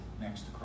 next